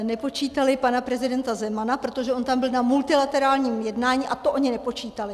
Nepočítali pana prezidenta Zemana, protože on tam byl na multilaterálním jednání a to oni nepočítali.